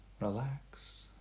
relax